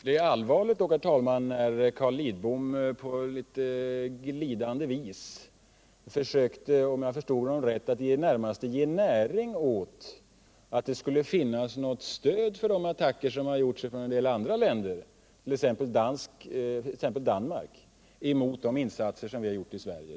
Det är dock allvarligt, herr talman, när Carl Lidbom på ett litet glidande vis närmast försökte — om jag förstod honom rätt — ge näring åt funderingar om att det skulle finnas något skäl för de attacker som gjorts från andra länder, t.ex. Danmark, mot de insatser som vi har gjort i Sverige.